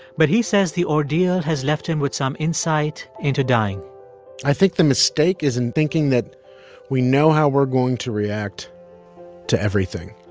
but he says the ordeal has left him with some insight into dying i think the mistake is in thinking that we know how we're going to react to everything,